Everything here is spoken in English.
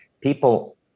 people